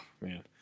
man